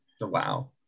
wow